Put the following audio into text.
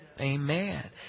Amen